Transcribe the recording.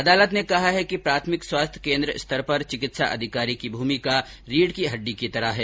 अदालत ने कहा कि प्राथमिक स्वास्थ्य केन्द्र स्तर पर चिकित्सा अधिकारी की भूमिका रीढ़ की हड्डी की तरह है